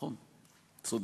נכון, צודק.